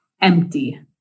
empty